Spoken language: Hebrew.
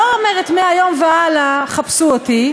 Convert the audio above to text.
לא אומרת: מהיום והלאה חפשו אותי,